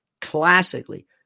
classically